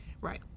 Right